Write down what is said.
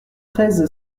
treize